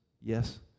yes